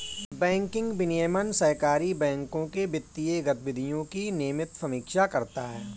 banking विनियमन सहकारी बैंकों के वित्तीय गतिविधियों की नियमित समीक्षा करता है